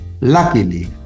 Luckily